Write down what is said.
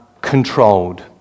controlled